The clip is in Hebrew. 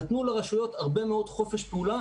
נתנו לרשויות הרבה מאוד חופש פעולה